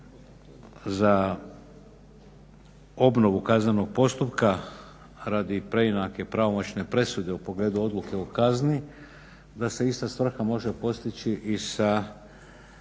za obnovu kaznenog postupka radi preinake pravomoćne presude u pogledu odluke o kazni da se ista svrha može postići i na